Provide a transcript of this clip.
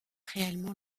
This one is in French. réellement